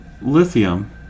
lithium